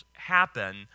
happen